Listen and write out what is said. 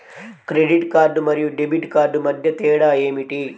Credit card మరియు debit card మధ్య తేడా ఏమిటి?